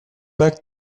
back